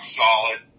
solid